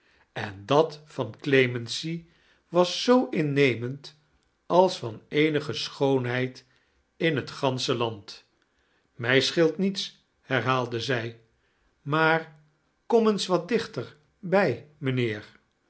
en dat van clemency was zoo innemend als van eetnige schoonhedd in bet gamsche land mij sobeelt niets harbaalde zij maar bom eens wat diohter bij mijnheer